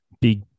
big